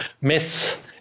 myths